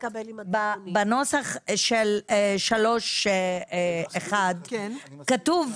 בנוסח של 3(1) כתוב: